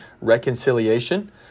reconciliation